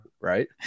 right